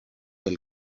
del